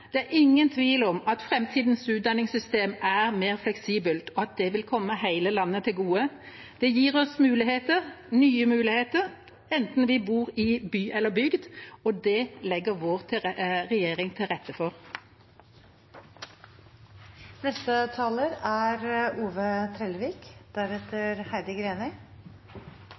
Det er ingen tvil om at framtidas utdanningssystem er mer fleksibelt, og at det vil komme hele landet til gode. Det gir oss muligheter, nye muligheter, enten vi bor i by eller bygd, og det legger vår regjering til rette for. Det er